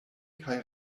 kaj